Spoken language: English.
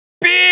Big